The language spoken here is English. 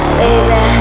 baby